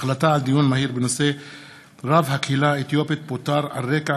דיון מהיר בהצעתו של חבר הכנסת עמר בר-לב בנושא: רב